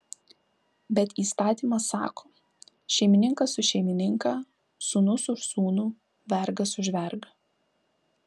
bet įstatymas sako šeimininkas už šeimininką sūnus už sūnų vergas už vergą